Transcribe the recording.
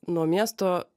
nuo miesto